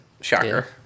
Shocker